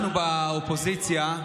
אנחנו באופוזיציה,